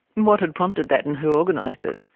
what had prompted that and who organised it?